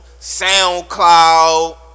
SoundCloud